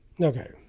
Okay